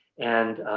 and,